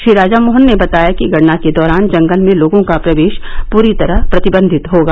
श्री राजा मोहन ने बताया कि गणना के दौरान जंगल में लोगों का प्रवेश पूरी तरह प्रतिबंधित होगा